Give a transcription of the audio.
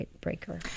breaker